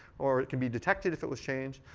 or it can be detected if it was changed.